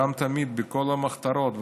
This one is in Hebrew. תמיד, גם בכל המחתרות.